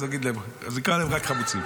אז נקרא להם רק "חמוצים".